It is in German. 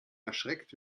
erschreckt